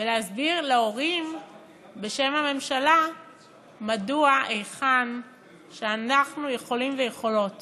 ולהסביר להורים בשם הממשלה מדוע היכן שאנחנו יכולים ויכולות